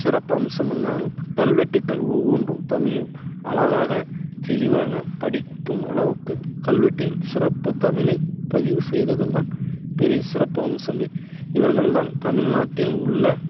சிறப்பு அம்சமன்னா கல்வெட்டுக்கள் ஒவ்வொன்றும் தமிழில் அழகாக தெளிவாக படிக்கும் அளவுக்கு கல்வெட்டில் சிறப்புத்தமிழை பதிவு செய்ததில்தான் பெரிய சிறப்பு அம்சமே இவர்கள்தான் தமிழ்நாட்டின் உள்ள